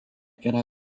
yra